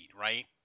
right